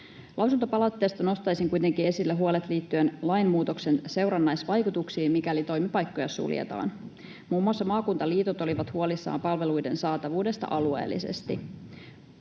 Lausuntopalautteesta nostaisin kuitenkin esille huolet liittyen lainmuutoksen seurannaisvaikutuksiin, mikäli toimipaikkoja suljetaan. Muun muassa maakuntaliitot olivat huolissaan palveluiden saatavuudesta alueellisesti.